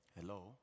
Hello